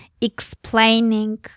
explaining